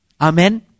Amen